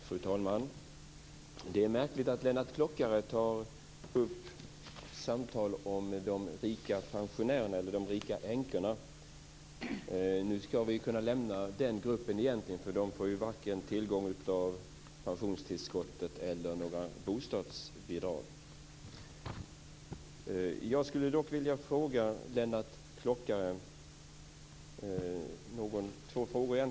Fru talman! Det är märkligt att Lennart Klockare tar upp samtal om de rika änkorna. Den gruppen skulle vi egentligen kunna lämna, för de får varken tillgång till pensionstillskottet eller några bostadsbidrag. Jag skulle dock vilja ställa två frågor till Lennart Klockare.